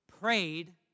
prayed